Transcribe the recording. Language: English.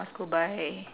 must go buy